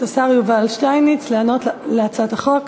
השר יובל שטייניץ לענות על הצעת החוק.